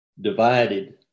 divided